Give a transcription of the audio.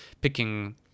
picking